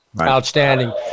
Outstanding